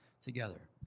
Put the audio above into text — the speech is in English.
together